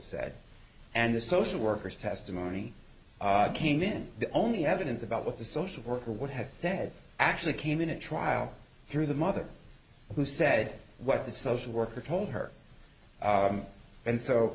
said and the social workers testimony came in the only evidence about what the social worker would have said actually came in a trial through the mother who said what the social worker told her and so